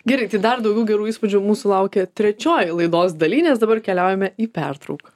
gerai tai dar daugiau gerų įspūdžių mūsų laukia trečioj laidos daly nes dabar keliaujame į pertrauką